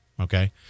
Okay